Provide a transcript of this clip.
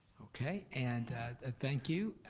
okay, and ah thank you,